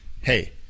hey